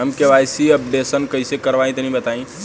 हम KYC updation कइसे करवाई तनि बताई?